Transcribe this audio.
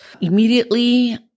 immediately